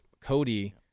Cody